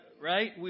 Right